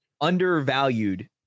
undervalued